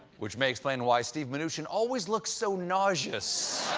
which may explain why steve mnuchin always looks so nauseous.